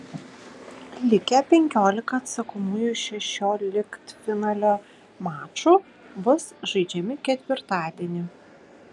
likę penkiolika atsakomųjų šešioliktfinalio mačų bus žaidžiami ketvirtadienį